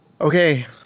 Okay